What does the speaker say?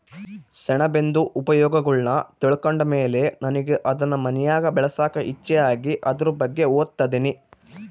ಸೆಣಬಿಂದು ಉಪಯೋಗಗುಳ್ನ ತಿಳ್ಕಂಡ್ ಮೇಲೆ ನನಿಗೆ ಅದುನ್ ಮನ್ಯಾಗ್ ಬೆಳ್ಸಾಕ ಇಚ್ಚೆ ಆಗಿ ಅದುರ್ ಬಗ್ಗೆ ಓದ್ತದಿನಿ